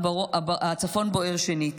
הצפון בוער שנית.